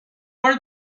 are